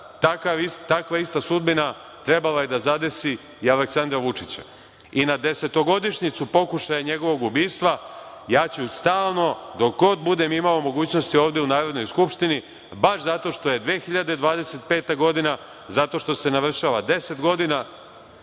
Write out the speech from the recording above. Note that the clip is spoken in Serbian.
takva ista sudbina trebalo je da zadesi i Aleksandra Vučića. Na desetogodišnjicu pokušaja njegovog ubistva, ja ću stalno, dok god budem imao mogućnosti ovde u Narodnoj skupštini, baš zato što je 2025. godina, zato što se navršava 10 godina